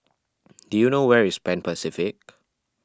do you know where is Pan Pacific